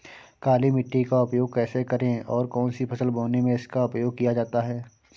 काली मिट्टी का उपयोग कैसे करें और कौन सी फसल बोने में इसका उपयोग किया जाता है?